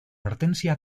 hortensia